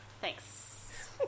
Thanks